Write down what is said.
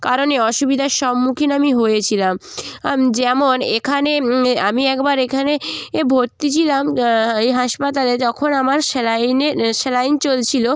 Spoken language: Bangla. কারণে অসুবিধার সম্মুখীন আমি হয়েছিলাম যেমন এখানে আমি একবার এখানে এ ভর্তি ছিলাম এই হাসপাতালে তখন আমার স্যালাইনের স্যালাইন চলছিলো